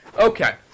Okay